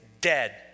dead